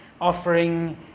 Offering